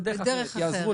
בדרך אחרת,